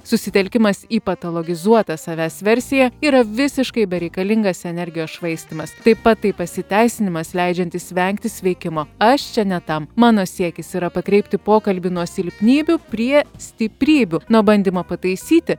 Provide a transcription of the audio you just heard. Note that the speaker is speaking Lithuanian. susitelkimas į patalogizuotą savęs versiją yra visiškai bereikalingas energijos švaistymas taip pat tai pasiteisinimas leidžiantis vengti sveikimo aš čia ne tam mano siekis yra pakreipti pokalbį nuo silpnybių prie stiprybių nuo bandymo pataisyti